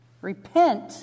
repent